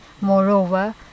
Moreover